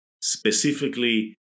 specifically